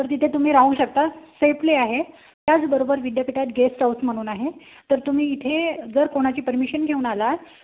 तर तिथे तुम्ही राहू शकता सेफली आहे त्याचबरोबर विद्यापीठात गेस्ट हाऊस म्हणून आहे तर तुम्ही इथे जर कोणाची परमिशन घेऊन आला